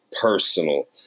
personal